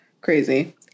crazy